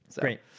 Great